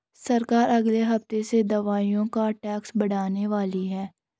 सरकार अगले हफ्ते से दवाइयों पर टैक्स बढ़ाने वाली है